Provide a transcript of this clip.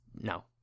No